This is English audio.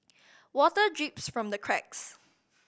water drips from the cracks